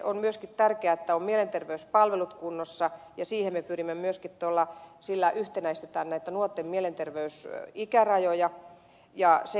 on myöskin tärkeää että mielenterveyspalvelut ovat kunnossa ja siihen me pyrimme myöskin koska sillä yhtenäistetään näitten nuorten mielenterveysikärajoja